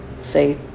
say